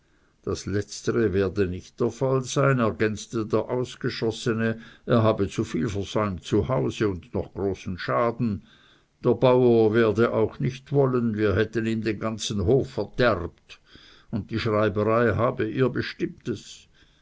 das letztere werde nicht der fall sein ergänzte der ausgeschossene er habe zuviel versäumt zu hause und noch großen schaden der bauer werde auch nicht wollen wir hätten ihm den ganzen hof verderbt und die schreiberei habe ihr bestimmtes